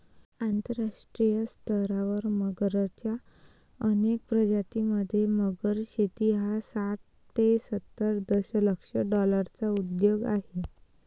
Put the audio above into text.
आंतरराष्ट्रीय स्तरावर मगरच्या अनेक प्रजातीं मध्ये, मगर शेती हा साठ ते सत्तर दशलक्ष डॉलर्सचा उद्योग आहे